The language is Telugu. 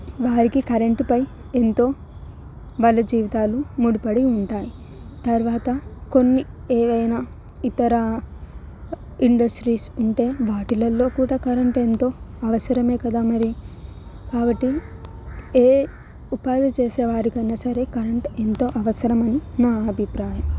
వారికి కరెంటుపై ఎంతో వాళ్ళ జీవితాలు ముడిపడి ఉంటాయి తర్వాత కొన్ని ఏవైనా ఇతర ఇండస్ట్రీస్ ఉంటే వాటిలలో కూడా కరెంటు ఎంతో అవసరమే కదా మరి కాబట్టి ఏ ఉపాధి చేసే వారి కైనా సరే కరెంటు ఎంతో అవసరం అని నా అభిప్రాయం